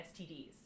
STDs